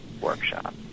workshop